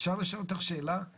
אפשר לשאול אותך שאלה?